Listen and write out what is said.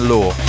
Law